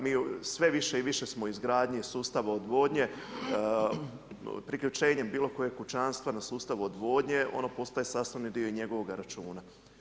Mi sve više i više smo u izgradnji sustava odvodnje, priključenjem bilokojeg kućanstva na sustavu odvodnje, ono postaje i sastavni dio njegovoga računa.